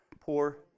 Poor